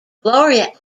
gloria